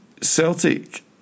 Celtic